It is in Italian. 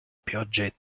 piogge